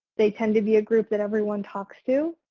they tend to be a group that everyone talks to.